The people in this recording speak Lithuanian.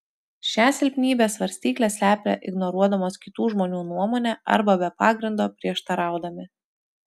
šią silpnybę svarstyklės slepia ignoruodamos kitų žmonių nuomonę arba be pagrindo prieštaraudami